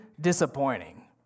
disappointing